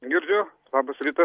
girdžiu labas rytas